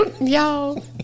Y'all